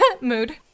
Mood